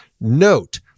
Note